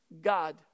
God